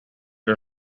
her